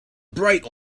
bright